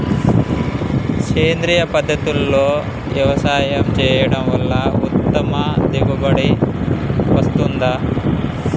సేంద్రీయ పద్ధతుల్లో వ్యవసాయం చేయడం వల్ల ఉత్తమ దిగుబడి వస్తుందా?